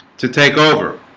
to take over?